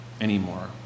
anymore